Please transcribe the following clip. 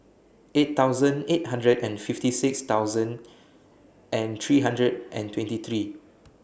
eight thousand eight hundred and fifty six thousand and three hundred and twenty three